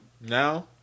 Now